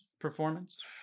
Performance